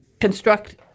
construct